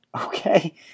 Okay